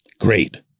great